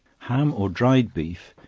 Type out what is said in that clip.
ham or dried beef,